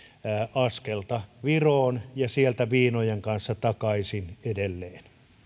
askelta viroon ja sieltä viinojen kanssa takaisin edelleen